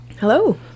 Hello